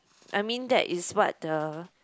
I mean that is what the